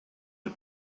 del